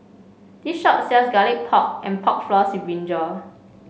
this shop sells Garlic Pork and Pork Floss Brinjal